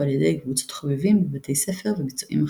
או על ידי קבוצות חובבים בבתי ספר וביצועים אחרים.